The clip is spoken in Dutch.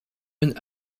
een